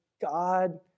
God